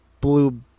blue